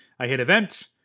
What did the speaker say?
i hit events,